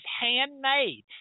handmade